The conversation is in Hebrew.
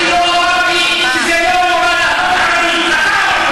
אני לא אמרתי שזה לא נורא להרוג ערבים.